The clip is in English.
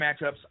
matchups